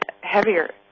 heavier